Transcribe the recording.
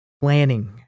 planning